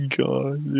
god